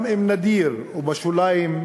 גם אם נדיר ובשוליים,